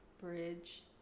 bridge